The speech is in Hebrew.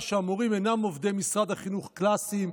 שהמורים אינם עובדי משרד החינוך קלאסיים,